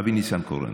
אבי ניסנקורן,